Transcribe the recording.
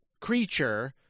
creature